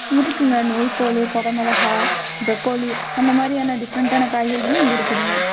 இருக்குங்க நூல்கோலு கொடை மிளகா ப்ரொக்கோலி அந்த மாதிரியான டிஃப்ரண்ட்டான காய்கறிகளும் இங்கே இருக்குதுங்க